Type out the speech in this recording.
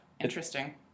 Interesting